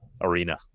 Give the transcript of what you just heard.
arena